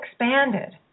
expanded